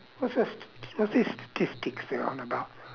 what's this st~ what's this statistics they're on about